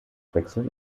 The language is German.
wechseln